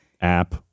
App